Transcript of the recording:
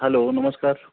hello नमस्कार